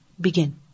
begin